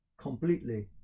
completely